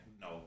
No